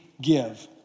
give